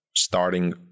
starting